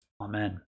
Amen